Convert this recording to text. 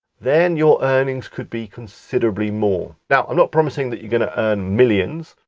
then your earnings could be considerably more. now, i'm not promising that you're going to earn millions,